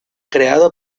creado